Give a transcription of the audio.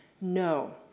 No